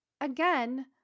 again